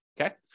Okay